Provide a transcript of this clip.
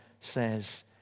says